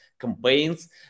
campaigns